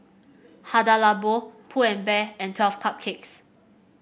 Hada Labo Pull and Bear and Twelve Cupcakes